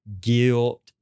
guilt